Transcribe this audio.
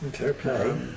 Okay